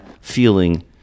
feeling